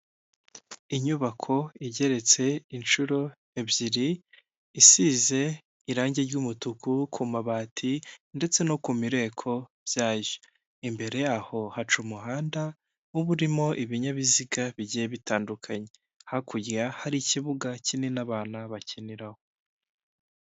Inyubako igeretse inshuro ebyiri, isize irangi ry'umutuku ku mabati ndetse no ku mireko byayo. Imbere yaho haca umuhanda uba urimo ibinyabiziga bigiye bitandukanye. Hakurya hari ikibuga kinini abana bakiniraho.